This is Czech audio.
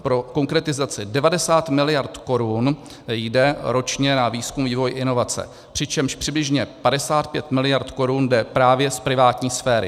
Pro konkretizaci: 90 mld. korun jde ročně na výzkum, vývoj a inovace, přičemž přibližně 55 mld. korun jde právě z privátní sféry.